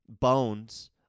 bones